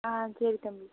ஆ சரி தம்பி